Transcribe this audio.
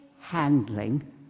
handling